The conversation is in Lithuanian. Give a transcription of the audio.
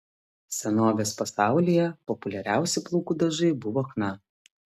senovės pasaulyje populiariausi plaukų dažai buvo chna